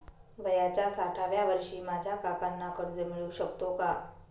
वयाच्या साठाव्या वर्षी माझ्या काकांना कर्ज मिळू शकतो का?